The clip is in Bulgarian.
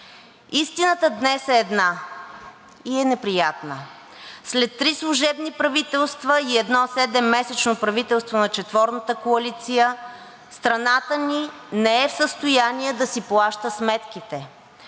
Истината днес е една и е неприятна – след три служебни правителства и едно седеммесечно правителство на четворната коалиция страната ни не е в състояние да си плаща сметките,